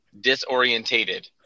disorientated